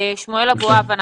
שמואל אבואב.